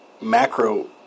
macro